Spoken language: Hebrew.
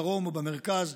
בדרום ובמרכז,